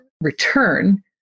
return